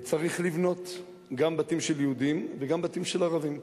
צריך לבנות, גם בתים של יהודים וגם בתים של ערבים.